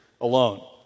alone